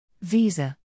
Visa